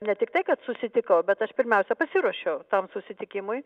ne tiktai kad susitikau bet aš pirmiausia pasiruošiau tam susitikimui